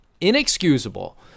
inexcusable